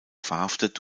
verhaftet